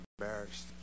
embarrassed